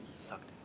son